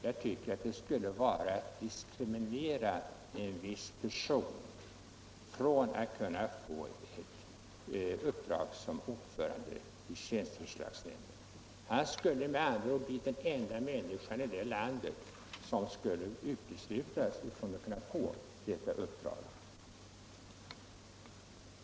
Jag tycker att det skulle vara att diskriminera en viss person när det gäller att kunna få ett uppdrag som ordförande i tjänsteförslagsnämnden. Han skulle med andra ord bli den enda människan i landet som skulle uteslutas från möjligheten att få detta uppdrag.